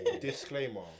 disclaimer